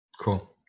Cool